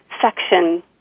section